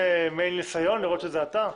זה מעין מייל ניסיון, לראות שזה אתה?